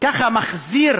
ככה מחזיר